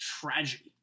tragedy